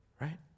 right